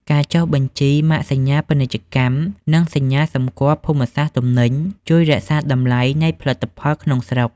ការចុះបញ្ជីម៉ាកសញ្ញាពាណិជ្ជកម្ម និងសញ្ញាសម្គាល់ភូមិសាស្ត្រទំនិញ ជួយរក្សាតម្លៃនៃផលិតផលក្នុងស្រុក។